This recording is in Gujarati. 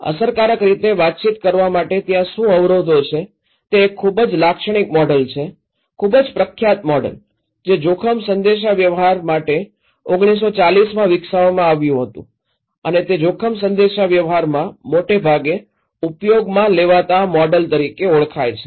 અસરકારક રીતે વાતચીત કરવા માટે ત્યાં શું અવરોધો છે તે એક ખૂબ જ લાક્ષણિક મોડેલ છે ખૂબ જ પ્રખ્યાત મોડેલ જે જોખમ સંદેશાવ્યવહાર માટે ૧૯૪૦ માં વિકસાવવામાં આવ્યું હતું અને તે જોખમ સંદેશાવ્યવહારમાં મોટે ભાગે ઉપયોગમાં લેવાતા મોડેલ તરીકે ઓળખાય છે